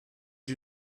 you